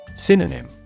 Synonym